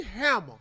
Hammer